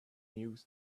news